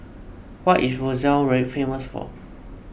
what is Roseau famous for